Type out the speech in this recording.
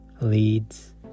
leads